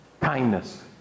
kindness